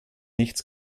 nichts